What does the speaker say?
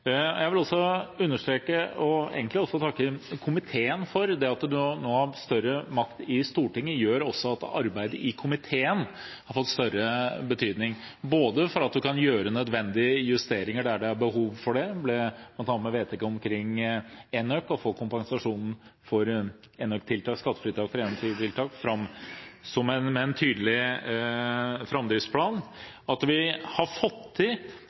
fram. Jeg vil også takke komiteen, for i og med at det nå er større makt i Stortinget, har også arbeidet i komiteen fått større betydning. Du kan gjøre nødvendige justeringer der det er behov for det, bl.a. med vedtak når det gjelder enøk, å få skattefradrag for enøktiltak, med en tydelig framdriftsplan. Vi har fått til